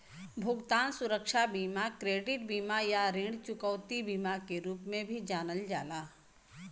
भुगतान सुरक्षा बीमा के क्रेडिट बीमा या ऋण चुकौती बीमा के रूप में भी जानल जाला